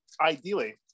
ideally